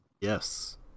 Yes